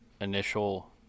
initial